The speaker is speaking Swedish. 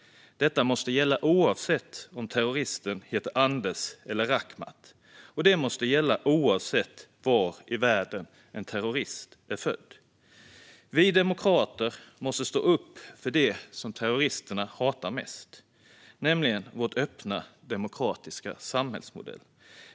Det måste gälla oavsett om terroristen heter Anders eller Rakhmat. Och det måste gälla oavsett var i världen en terrorist är född. Vi demokrater måste stå upp för det som terroristerna hatar mest, nämligen vår öppna och demokratiska samhällsmodell.